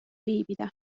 viibida